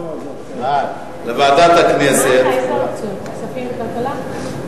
איזה אופציות, כספים וכלכלה?